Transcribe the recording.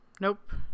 Nope